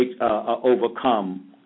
overcome